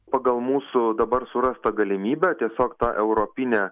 pagal mūsų dabar surastą galimybę tiesiog ta europinė